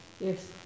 Yes